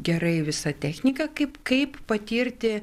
gerai visa technika kaip kaip patirti